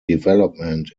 development